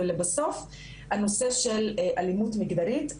ולבסוף הנושא של אלימות מגדרית,